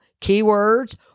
keywords